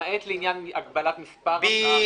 למעט לעניין הגבלת מספר הפרסומות?